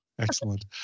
Excellent